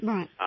Right